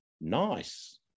nice